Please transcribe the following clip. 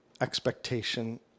expectation